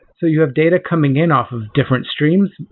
so you have data coming in off of different streams,